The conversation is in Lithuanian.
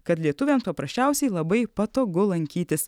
kad lietuviam paprasčiausiai labai patogu lankytis